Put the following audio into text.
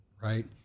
right